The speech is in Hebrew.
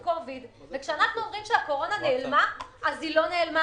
כשאנחנו אומרים שהקורונה נעלמה אז היא לא נעלמה